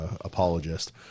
apologist